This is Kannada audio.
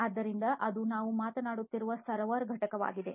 ಆದ್ದರಿಂದ ಅದು ನಾವು ಮಾತನಾಡುತ್ತಿರುವ ಸರ್ವರ್ ಘಟಕವಾಗಿದೆ